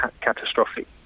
catastrophic